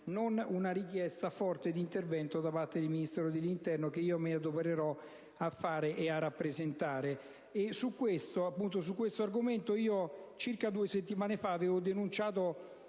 una richiesta forte di intervento da parte del Ministro dell'interno, che io mi adopererò a fare e rappresentare. Su questo argomento, circa due settimane fa avevo denunciato